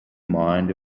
mind